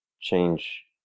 change